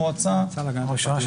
המועצה להגנת הפרטיות.